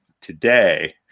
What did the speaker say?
today